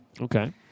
okay